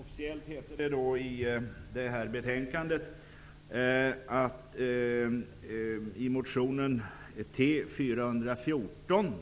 Officiellt står det så här i betänkandet: ''I motion T414